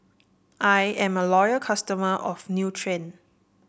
I am a loyal customer of Nutren